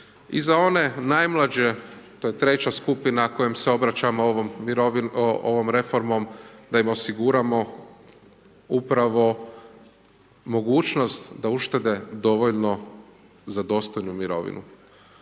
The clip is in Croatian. i za one najmlađe to je treća skupina kojom se obraćamo ovom mirovinom ovom reformom da ih osiguramo upravo mogućnost da uštete dovoljno za dostojnu mirovinu.